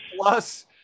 Plus